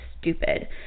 stupid